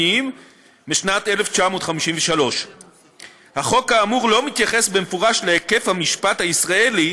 משנת 1953. החוק האמור לא מתייחס במפורש להיקף המשפט הישראלי